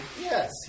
Yes